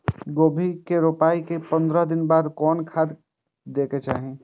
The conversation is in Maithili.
गोभी के रोपाई के पंद्रह दिन बाद कोन खाद दे के चाही?